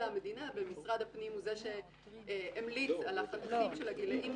אלא המדינה ומשרד הפנים הוא זה שהמליץ על החתכים של האנשים